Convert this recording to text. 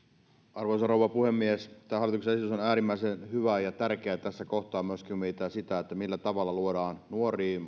arvoisa rouva puhemies tämä hallituksen esitys on äärimmäisen hyvä ja tärkeä tässä kohtaa kun mietitään sitä millä tavalla luodaan nuoriin